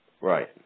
Right